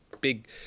big